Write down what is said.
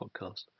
podcast